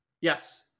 Yes